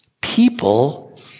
people